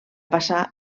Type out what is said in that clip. passà